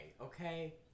okay